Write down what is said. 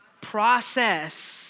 Process